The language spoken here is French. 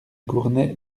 gournay